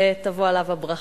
ותבוא עליו הברכה.